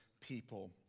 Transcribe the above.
people